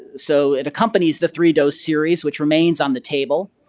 so, it accompanies the three dose series which remains on the table.